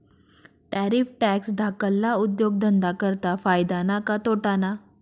Tariff tax धाकल्ला उद्योगधंदा करता फायदा ना का तोटाना?